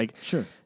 Sure